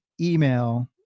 email